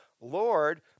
Lord